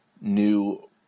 new